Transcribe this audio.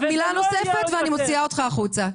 מילה נוספת ואני מוציאה אותך החוצה,